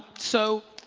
so